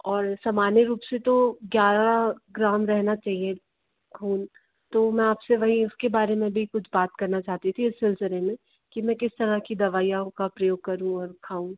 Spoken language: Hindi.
और सामान्य रूप से तो ग्यारह ग्राम रहना चाहिए ख़ून तो मैं आप से वही उसके बारे में भी कुछ बात करना चाहती थी इस सिलसिले में कि मैं किस तरह की दवाइयों का प्रयोग करूँ और खाऊँ